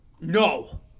No